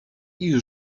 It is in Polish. ich